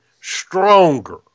stronger